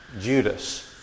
Judas